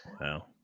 wow